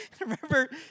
Remember